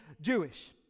Jewish